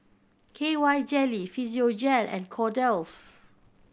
K Y Jelly Physiogel and Kordel's